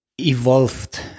evolved